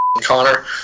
Connor